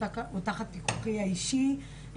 הוא תחת פיקוחי האישי.